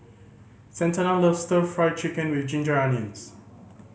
Santana loves Stir Fry Chicken with ginger onions